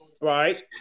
Right